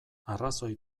arrazoi